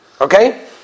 Okay